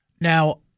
Now